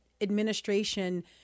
administration